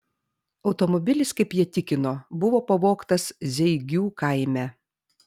automobilis kaip jie tikino buvo pavogtas zeigių kaime